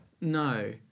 No